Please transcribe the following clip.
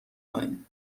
کنین